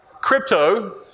crypto